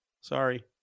Sorry